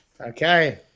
okay